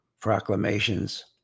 proclamations